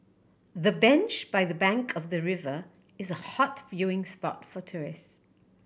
the bench by the bank of the river is a hot viewing spot for tourist